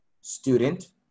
Student